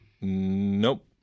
Nope